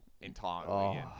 entirely